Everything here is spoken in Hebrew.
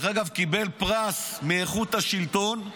קיבל פרס מאיכות השלטון.